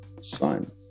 son